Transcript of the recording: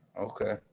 okay